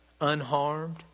unharmed